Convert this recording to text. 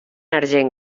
argent